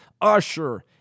usher